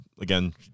again